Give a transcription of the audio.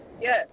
Yes